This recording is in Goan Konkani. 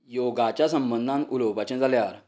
योगाच्या संबंदान उलोवपाचें जाल्यार